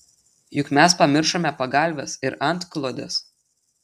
juk mes pamiršome pagalves ir antklodes